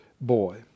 boy